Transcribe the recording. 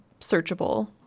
searchable